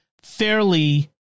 fairly